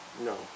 No